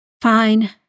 Fine